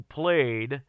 played